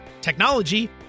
technology